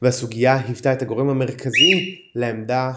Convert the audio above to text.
והסוגיה היוותה את הגורם המרכזי לעמדתה